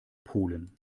polen